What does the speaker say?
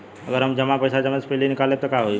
अगर हम जमा पैसा समय से पहिले निकालब त का होई?